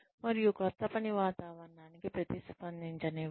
మరియు క్రొత్త పని వాతావరణానికి ప్రతిస్పందించనివ్వండి